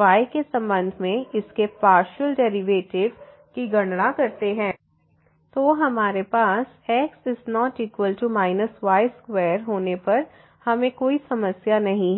y के संबंध में इसके पार्शियल डेरिवेटिव की गणना करते हैं तो हमारे पास x≠ y2होने पर हमें कोई समस्या नहीं है